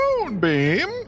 Moonbeam